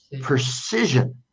precision